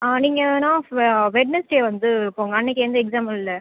நீங்கள் வேணால் வெட்னஸ்டே வந்து போங்க அன்னைக்கு எந்த எக்ஸாமும் இல்லை